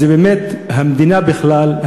זה באמת המדינה בכלל,